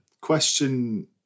question